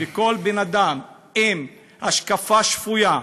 בכל בן-אדם עם השקפה שפויה,